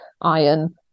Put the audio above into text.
iron